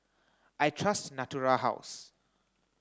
I trust Natura House